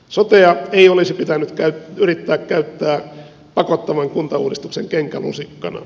sotea ei olisi pitänyt yrittää käyttää pakottavan kuntauudistuksen kenkälusikkana